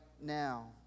now